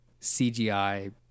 CGI